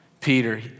Peter